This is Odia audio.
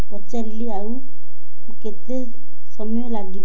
ପଚାରିଲି ଆଉ କେତେ ସମୟ ଲାଗିବ